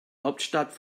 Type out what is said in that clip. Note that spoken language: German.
hauptstadt